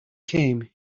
came